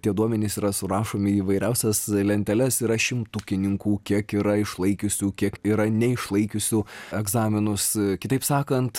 tie duomenys yra surašomi į įvairiausias lenteles yra šimtukininkų kiek yra išlaikiusių kiek yra neišlaikiusių egzaminus kitaip sakant